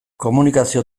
komunikazio